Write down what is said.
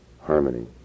Harmony